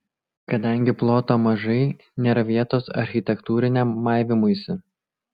kadangi ploto mažai nėra vietos architektūriniam maivymuisi